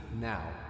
now